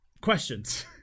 Questions